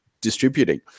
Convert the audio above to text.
distributing